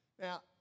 Now